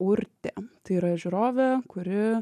urtė tai yra žiūrovė kuri